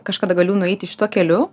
kažkada galiu nueiti šituo keliu